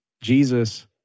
Jesus